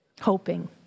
hoping